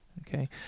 okay